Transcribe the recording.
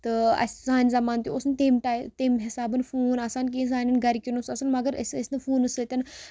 تہٕ اَسہِ سانہِ زَمانہٕ تہِ اوس نہٕ تیٚمہِ ٹَے تیٚمہِ حِسابہٕ فون آسان کینٛہہ سانٮ۪ن گَرِکٮ۪ن اوس آسان مگر أسۍ ٲسۍ نہٕ فونَس سۭتۍ